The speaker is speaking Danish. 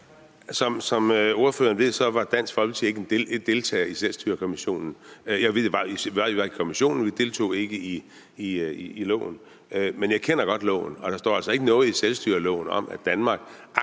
Som ordføreren ved, var Dansk Folkeparti ikke deltager i Selvstyrekommissionen. Vi var i kommissionen, men vi deltog ikke i loven. Men jeg kender godt loven, og der står altså ikke noget i selvstyreloven om, at Danmark